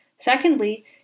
Secondly